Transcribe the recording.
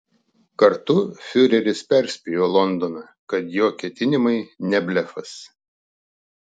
kartu fiureris perspėjo londoną kad jo ketinimai ne blefas